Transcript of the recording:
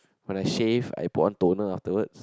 when I shave I put on toner afterwards